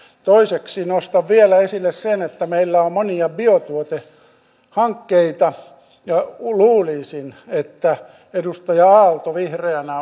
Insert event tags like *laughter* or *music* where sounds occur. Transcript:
toiseksi nostan vielä esille sen että meillä on monia biotuotehankkeita ja luulisin että edustaja aalto vihreänä *unintelligible*